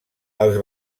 els